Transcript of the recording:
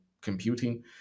computing